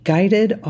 Guided